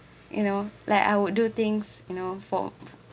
you know like I would do things you know for